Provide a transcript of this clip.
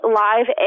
live